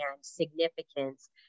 significance